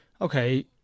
Okay